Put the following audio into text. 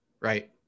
Right